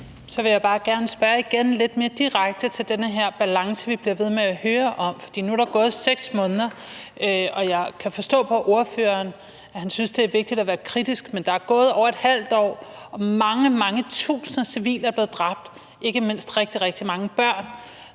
vil jeg bare gerne spørge igen og lidt mere direkte til den balance, vi bliver ved med at høre om, for nu er der gået 6 måneder. Og jeg kan forstå på ordføreren, at han synes, at det er vigtigt at være kritisk, men der er gået over et halvt år, og mange, mange tusinder af civile er blevet dræbt, ikke mindst rigtig, rigtig mange børn.